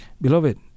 Beloved